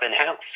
in-house